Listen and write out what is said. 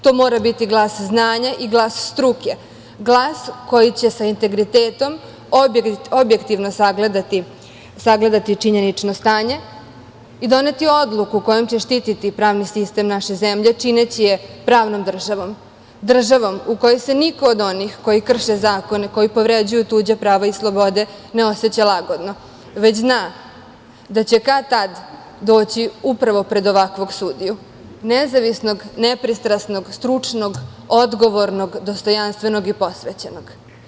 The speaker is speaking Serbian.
To mora biti glas znanja i glas struke, glas koji će sa integritetom objektivno sagledati činjenično stanje i doneti odluku kojom će štititi pravni sistem naše zemlje, čineći je pravnom državom, državom u kojoj se niko od onih koji krše zakone, koji povređuju tuđa prava i slobode, ne oseća lagodno, već zna da će kad-tad doći upravo pred ovakvog sudiju, nezavisnost, nepristrasnog, stručnog, odgovornog, dostojanstvenog i posvećenog.